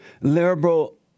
liberal